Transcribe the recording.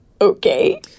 okay